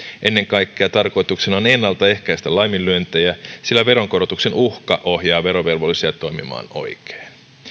ennen kaikkea tarkoituksena on ennaltaehkäistä laiminlyöntejä sillä veronkorotuksen uhka ohjaa verovelvollisia toimimaan oikein